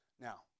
Now